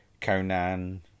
Conan